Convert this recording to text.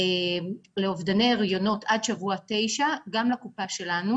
לאובדני הריונות עד שבוע תשע גם לקופה שלנו